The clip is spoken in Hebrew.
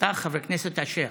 יפתח חבר הכנסת אשר.